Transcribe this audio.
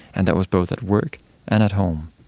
and that was both at work and at home.